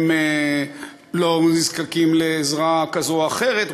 הם לא נזקקים לעזרה כזו או אחרת,